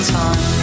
time